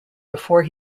before